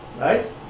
Right